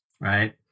Right